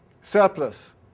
surplus